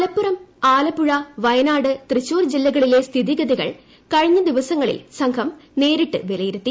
മലപ്പുറം ആലപ്പുഴ വയനാട് തൃശൂർ ജില്ലകളിലെ സ്ഥിതിഗതികൾ കഴിഞ്ഞ ദിവസങ്ങളിൽ സംഘം നേരിട്ട് വിലയിരുത്തി